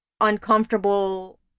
uncomfortable